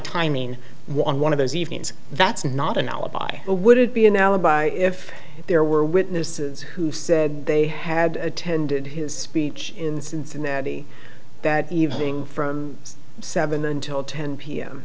in one of those evenings that's not an alibi but would it be an alibi if there were witnesses who said they had attended his speech in cincinnati that evening from seven until ten p